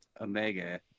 Omega